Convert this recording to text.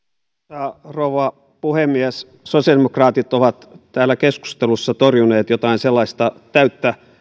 arvoisa rouva puhemies sosiaalidemokraatit ovat täällä keskustelussa torjuneet jotain sellaista täyttä